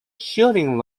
shooting